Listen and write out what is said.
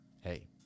hey